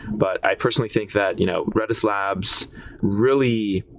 but i personally think that you know redis labs really,